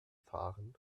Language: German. fahren